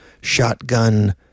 shotgun